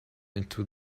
into